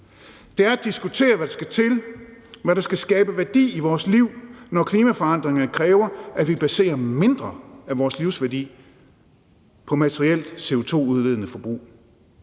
Det er at diskutere, hvad der skal til, og hvad der skal skabe værdi i vores liv, når klimaforandringerne kræver, at vi baserer mindre af vores livsværdi på materielt CO2-udledende forbrug.